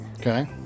Okay